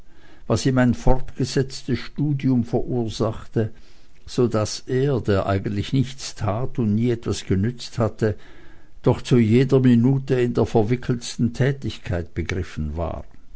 was ihm ein fortgesetztes studium verursachte so daß er der eigentlich nichts tat und nie etwas genützt hatte doch zu jeder minute in der verwickeltsten tätigkeit begriffen war